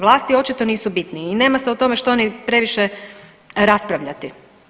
Vlasti očito nisu bitni i nema se o tome što ni previše raspravljati.